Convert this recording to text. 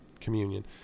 communion